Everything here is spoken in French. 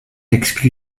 exclue